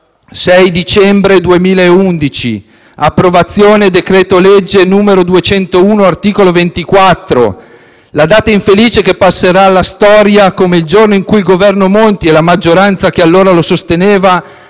6 dicembre 2011, conversione in legge del decreto-legge n. 201, articolo 24, la data infelice che passerà alla storia come il giorno in cui il Governo Monti e la maggioranza che allora lo sosteneva